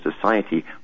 society